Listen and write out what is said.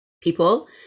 people